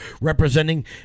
Representing